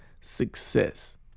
success